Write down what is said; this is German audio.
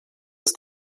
ist